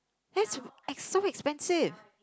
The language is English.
that's so expensive